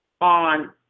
on